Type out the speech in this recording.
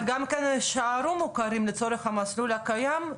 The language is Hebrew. אבל הם גם יישארו מוכרים לצורך המסלול הקיים?